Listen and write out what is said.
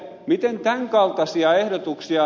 miten tämän kaltaisia ehdotuksia